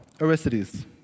Aristides